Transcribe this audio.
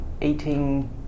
eating